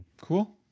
Cool